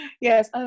Yes